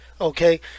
okay